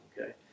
Okay